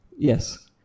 Yes